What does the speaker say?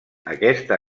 aquesta